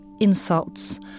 insults